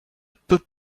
peux